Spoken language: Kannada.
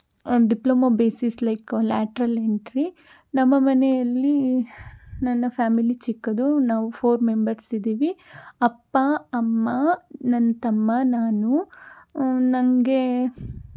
diploma basis like lateral entry ನಮ್ಮ ಮನೆಯಲ್ಲಿ ನನ್ನ ಫ್ಯಾಮಿಲಿ ಚಿಕ್ಕದು ನಾವು ಫೋರ್ ಮೆಂಬರ್ಸ್ ಇದ್ದೀವಿ ಅಪ್ಪ ಅಮ್ಮ ನನ್ನ ತಮ್ಮ ನಾನು ನನಗೆ